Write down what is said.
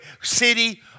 city